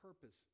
purpose